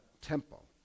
temple